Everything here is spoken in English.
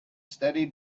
steady